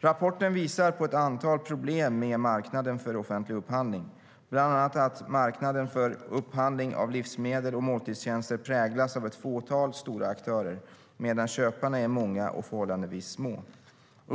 Rapporten visar på ett antal problem med marknaden för offentlig upphandling, bland annat att marknaden för upphandling av livsmedel och måltidstjänster präglas av ett fåtal stora aktörer, medan köparna är många och förhållandevis små.